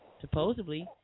supposedly